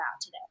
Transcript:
today